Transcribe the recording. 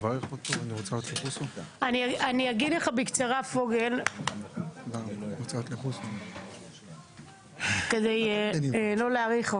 אני אגיד לך בקצרה, כדי לא להאריך.